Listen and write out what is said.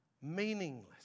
meaningless